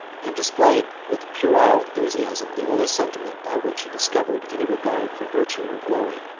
and displayed, with a puerile enthusiasm, the only sentiment by which he discovered any regard for virtue or glory.